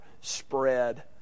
spread